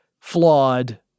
flawed